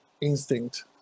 instinct